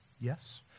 yes